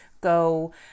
go